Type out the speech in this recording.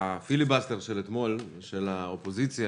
שהפיליבסטר של האופוזיציה אתמול,